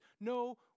No